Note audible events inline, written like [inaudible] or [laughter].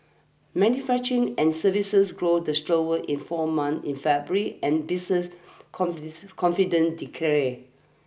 manufacturing and services grew the [unintelligible] in four months in February and business [unintelligible] confident declare